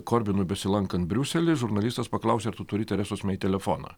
korbinui besilankant briusely žurnalistas paklausė ar tu turi teresos mei telefoną